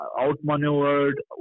outmaneuvered